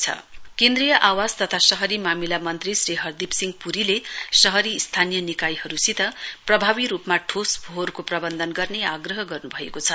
solid waste management केन्द्रीय आवास तथा शहरी मामिला मन्त्री श्री हरदीप सिंह पुरीले शहरी स्थानीय निकायहरुसित प्रभावी रुपमा ठोस फोहोरको प्रवन्धन गर्ने आग्रह गर्नुभएको छ